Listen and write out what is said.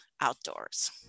outdoors